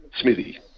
Smithy